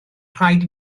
rhaid